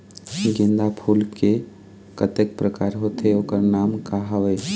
गेंदा फूल के कतेक प्रकार होथे ओकर नाम का हवे?